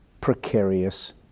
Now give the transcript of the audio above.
precarious